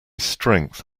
strength